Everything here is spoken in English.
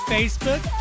Facebook